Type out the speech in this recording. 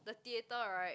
the theater right